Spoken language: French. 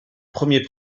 premier